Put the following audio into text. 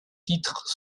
titres